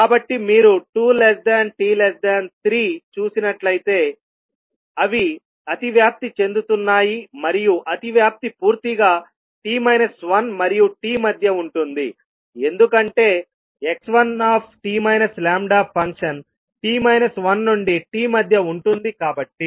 కాబట్టి మీరు 2t3 చూసినట్లయితే అవి అతివ్యాప్తి చెందుతున్నాయి మరియు అతివ్యాప్తి పూర్తిగా మరియు t మధ్య ఉంటుంది ఎందుకంటే x1 ఫంక్షన్ t 1 నుండి tమధ్య ఉంటుంది కాబట్టి